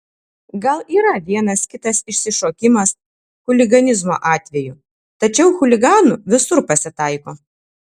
gal yra vienas kitas išsišokimas chuliganizmo atvejų tačiau chuliganų visur pasitaiko